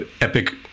Epic